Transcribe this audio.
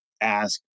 ask